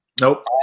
Nope